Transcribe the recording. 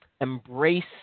embrace